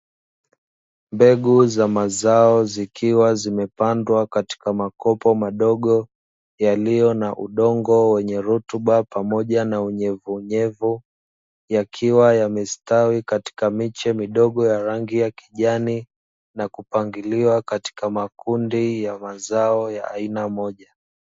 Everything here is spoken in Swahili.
Mbegu za mazao zikiwa zimepandwa katika makopo madogo, yaliyo na udongo wenye rutuba pamoja na unyevunyevu, yakiwa yamestawi katika miche midogo ya rangi ya kijani na kupangiliwa katika makundi ya mazao ya aina moja.